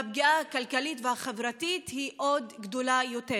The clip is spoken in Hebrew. והפגיעה הכלכלית והחברתית היא גדולה עוד יותר.